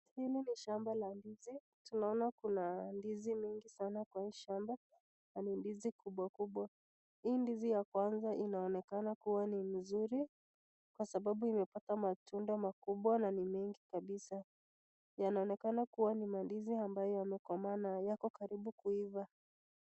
Hili ni shamba la ndizi. Tunaona kuna ndizi mengi sana kwa hii shamba na ni ndizi kubwa kubwa. Hii ndizi ya kwanza inaonekana kuwa ni nzuri kwa sababu imepata matunda makubwa na ni mengi kabiza. Yanaonekana kuwa ni mandizi ambayo yamekomaa na yako karibu kuiva.